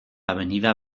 avenida